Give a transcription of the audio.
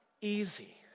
easy